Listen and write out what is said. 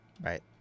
Right